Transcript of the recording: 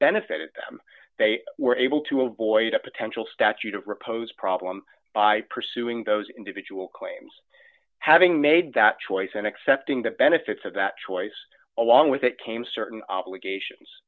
benefited them they were able to avoid a potential statute of repose problem by pursuing those individual claims having made that choice and accepting the benefits of that choice along with it came certain obligations